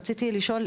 רציתי לשאול,